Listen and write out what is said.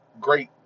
great